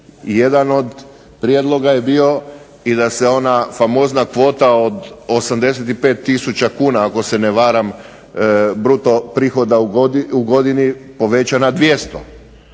Jedan od prijedloga je bio i da se ona famozna kvota od 85 tisuća kuna ako se ne varam bruto prihoda u godini poveća na 200,